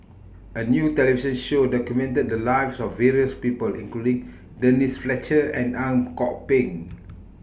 A New television Show documented The Lives of various People including Denise Fletcher and Ang Kok Peng